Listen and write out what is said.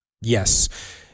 Yes